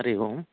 Hari Om